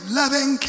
loving